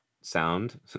sound